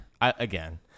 again